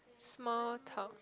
small talk